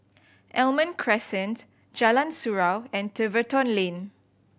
Almond Crescent Jalan Surau and Tiverton Lane